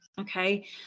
okay